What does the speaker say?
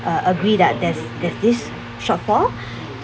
uh agree that there's there's this shortfall